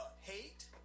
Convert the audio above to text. hate